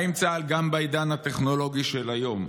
האם צה"ל, גם בעידן הטכנולוגי של היום,